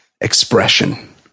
expression